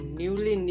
newly